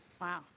Wow